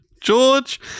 George